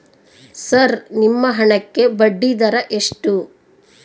Sir ನಿಮ್ಮ ಹಣಕ್ಕೆ ಬಡ್ಡಿದರ ಎಷ್ಟು?